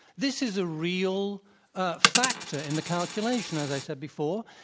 this is a real ah factor in the calculation, as i said before.